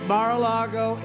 Mar-a-Lago